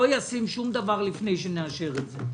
לא אשים שום דבר על סדר היום לפני שנאשר את הדבר הזה,